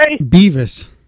Beavis